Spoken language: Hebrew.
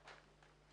לוועדה.